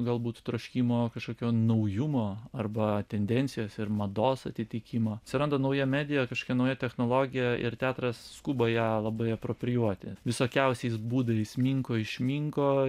galbūt troškimo kažkokio naujumo arba tendencijos ir mados atitikimo atsiranda nauja medija kažkokia technologija ir teatras skuba ją labai aproprijuoti visokiausiais būdais minko išminko